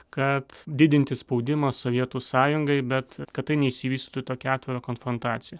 kad didinti spaudimą sovietų sąjungai bet kad neišsivystytų į tokią atvirą konfrontaciją